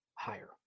Higher